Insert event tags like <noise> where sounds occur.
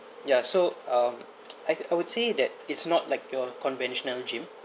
ya so um <noise> I I would say that it's not like your conventional gym